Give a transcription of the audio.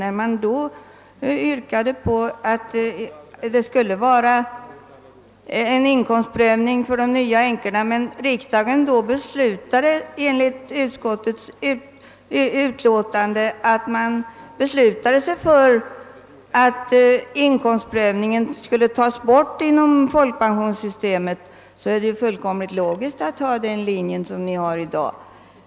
När man då yrkade på en inkomstprövning av pensionen för dem som blivit änkor efter år 1960 men riksdagen beslutade att inkomstprövningen skulle tas bort inom folkpensionssystemet, är det fullkomligt logiskt att inta den ståndpunkt som ni gör i dag.